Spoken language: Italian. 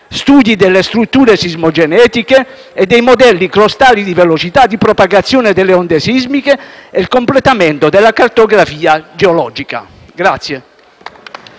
studi delle strutture sismogenetiche e dei modelli crostali di velocità di propagazione delle onde sismiche e il completamento della cartografia geologica.